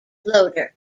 loader